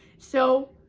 so,